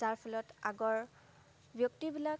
যাৰ ফলত আগৰ ব্যক্তিবিলাক